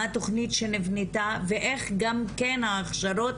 מה התוכנית שנבנתה ואיך גם כן ההכשרות